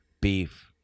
beef